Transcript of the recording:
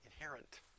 inherent